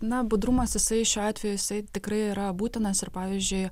na budrumas jisai šiuo atveju jisai tikrai yra būtinas ir pavyzdžiui